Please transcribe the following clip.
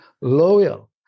loyal